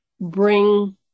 bring